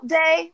day